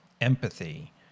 empathy